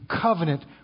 covenant